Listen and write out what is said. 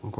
onko